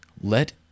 let